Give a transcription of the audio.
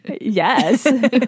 Yes